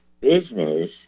business